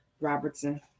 robertson